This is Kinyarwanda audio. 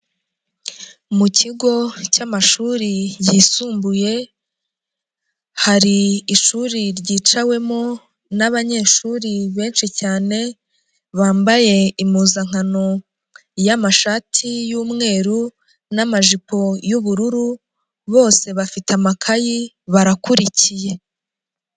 Mu kigo cy'amashuri yisumbuye, hari ishuri ryicawemo n'abanyeshuri benshi cyane, bambaye impuzankano y'amashati y'umweru, n'amajipo y'ubururu, bose bafite amakayi barakurikiye.